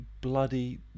bloody